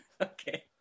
Okay